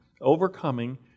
overcoming